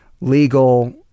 legal